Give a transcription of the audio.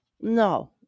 No